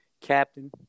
captain